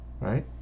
right